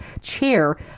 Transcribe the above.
chair